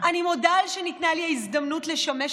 אני מודה על שניתנה לי ההזדמנות לשמש